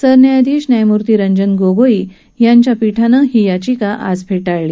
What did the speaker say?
सरन्यायाधीश न्यायमूर्ती रंजन गोगोई यांच्या पीठानं ही याचिका आज फेटाळली